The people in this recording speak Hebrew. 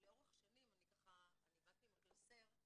שלאורך שנים, אני באתי עם הקלסר,